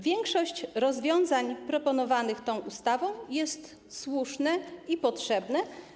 Większość rozwiązań proponowanych w tej ustawie jest słuszna i potrzebna.